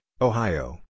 Ohio